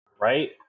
right